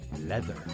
Leather